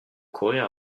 courrir